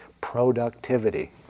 productivity